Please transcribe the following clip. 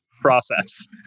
process